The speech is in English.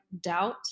doubt